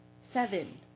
seven